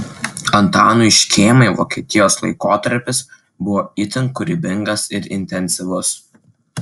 antanui škėmai vokietijos laikotarpis buvo itin kūrybingas ir intensyvus